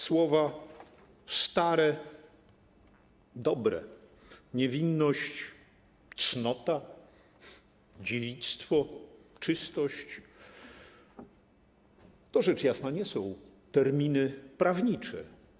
Słowa stare, dobre: „niewinność”, „cnota”, „dziewictwo”, „czystość” to rzecz jasna nie są terminy prawnicze.